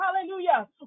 hallelujah